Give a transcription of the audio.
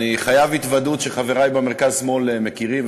אני חייב התוודות שחברי במרכז-שמאל מכירים,